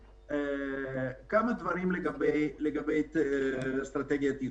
כמה דברים לגבי אסטרטגיית היציאה.